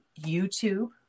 YouTube